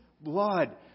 blood